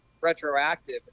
Retroactive